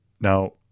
Now